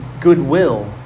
goodwill